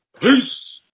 Peace